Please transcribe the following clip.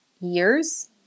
years